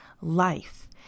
life